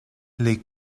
les